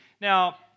Now